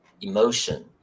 emotion